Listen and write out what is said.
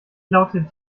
lautet